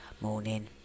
morning